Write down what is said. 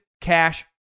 cash